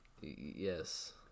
yes